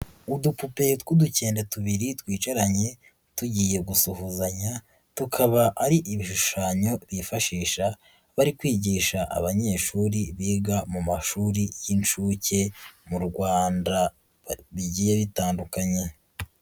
Udupupe tw'udukende tubiri twicaranye tugiye gusuhuzanya, tukaba ari ibishushanyo bifashisha bari kwigisha abanyeshuri biga mu mashuri y'inshuke mu Rwanda, bigiye bitandukanye.